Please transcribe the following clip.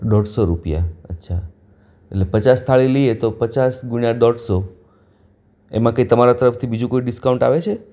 દોઢ્સો રૂપિયા અચ્છા એટલે પચાસ થાળી લઇએ તો પચાસ ગુણ્યા દોઢસો એમાં કંઈ તમારા તરફથી બીજું કોઈ ડિસ્કાઉન્ટ આવે છે